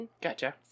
Gotcha